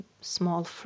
small